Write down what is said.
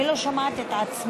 אני לא שומעת את עצמי.